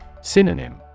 Synonym